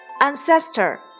Ancestor